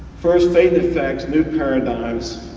first, fate and effects, new paradigms,